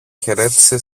χαιρέτησε